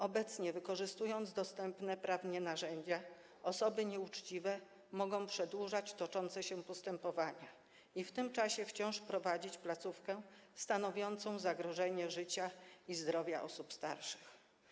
Obecnie, wykorzystując dostępne prawnie narzędzia, osoby nieuczciwe mogą przedłużać toczące się postępowania i w tym czasie wciąż prowadzić placówkę stanowiącą zagrożenie życia i zdrowia osób starszych.